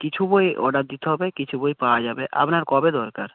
কিছু বই অর্ডার দিতে হবে কিছু বই পাওয়া যাবে আপনার কবে দরকার